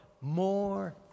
more